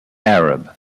arab